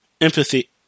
empathy